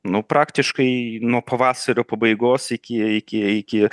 nu praktiškai nuo pavasario pabaigos iki iki iki